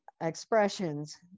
expressions